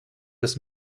das